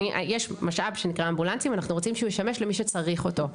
יש משאב שנקרא אמבולנסים ואנחנו רוצים שהוא ישמש למי שצריך אותו.